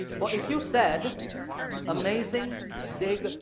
well if you said amazing, big,